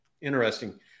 interesting